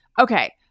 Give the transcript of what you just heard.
Okay